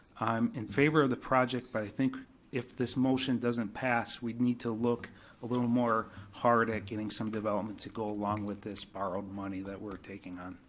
i'm in favor of the project, but i think if this motion doesn't pass, we'd need to look a little more hard at getting some development to go along with this borrowed money that we're taking on,